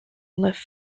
left